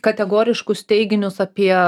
kategoriškus teiginius apie